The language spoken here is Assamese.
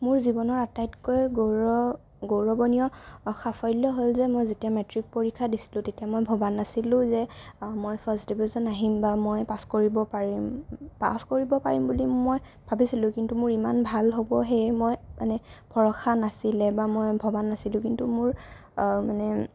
মোৰ জীৱনৰ আটাইতকৈ গৌৰ গৌৰৱণীয় সাফল্য হ'ল যে মই যেতিয়া মেট্ৰিক পৰীক্ষা দিছিলোঁ তেতিয়া মই ভবা নাছিলোঁ যে মই ফাৰ্ষ্ট ডিভিজন আহিম বা মই পাছ কৰিব পাৰিম পাছ কৰিব পাৰিম বুলি মই ভাবিছিলোঁ কিন্তু মোৰ ইমান ভাল হ'ব সেয়ে মই মানে ভৰসা নাছিলে বা মই ভবা নাছিলোঁ কিন্তু মোৰ মানে